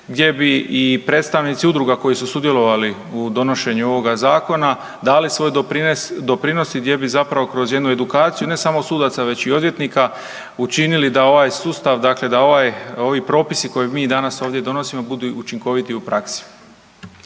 gdje bi i predstavnici udruga koji su sudjelovali u donošenju ovoga Zakona dali svoj doprinos i gdje bi zapravo, kroz jednu edukaciju, ne samo sudaca već i odvjetnika, učili da ovaj sustav, dakle da ovaj, ovi propisi koje mi danas ovdje donosimo budu učinkoviti i u praksi.